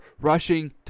rushing